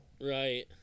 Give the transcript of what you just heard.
Right